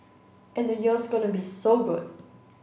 and the year's gonna be so good